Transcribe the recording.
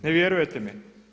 Ne vjerujete mi?